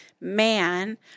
man